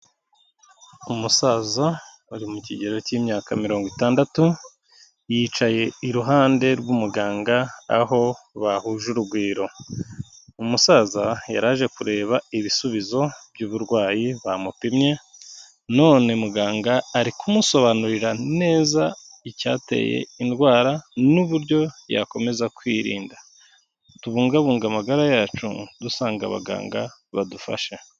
Umusaza ari mu kigero cy'imyaka mirongo itandatu, yicaye iruhande rw'umuganga aho bahuje urugwiro. Umusaza yaraje kureba ibisubizo by'uburwayi bamupimye, none muganga ari kumusobanurira neza, icyateye indwara n'uburyo yakomeza kwirinda. Tubungabunge amagara yacu, dusanga abaganga badufasha.